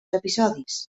episodis